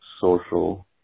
social